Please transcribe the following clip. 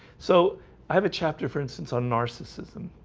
so i have a chapter for instance on narcissism